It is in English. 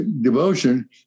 devotion